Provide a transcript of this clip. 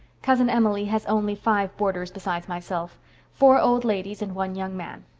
cousin emily has only five boarders besides myself four old ladies and one young man.